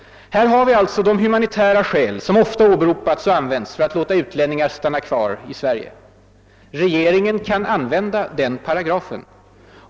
Här har vi alltså de humanitära skäl som ofta åberopats och använts för att låta utlänningar stanna kvar i Sverige. Regeringen kan använda den paragrafen.